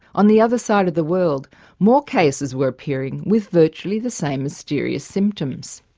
on the other side of the world more cases were appearing with virtually the same mysterious symptoms.